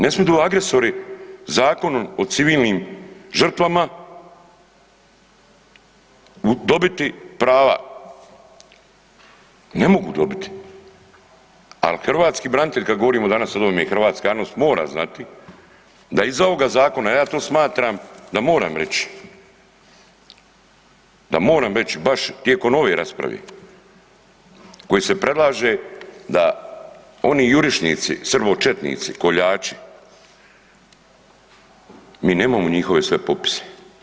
Ne smiju agresori zakonom o civilnim žrtvama dobiti prava, ne mogu dobiti ali hrvatski branitelj, kad govorimo danas o ovome i hrvatska javnost mora znati, da iz ovoga zakona, a ja to smatram da moram reći, da moram reći baš tijekom ove rasprave, koji se predlaže, da oni jurišnici, srbočetnici, koljači, mi nemamo njihove sve popise.